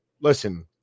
listen